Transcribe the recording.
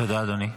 תודה אדוני.